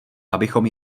abychom